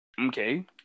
Okay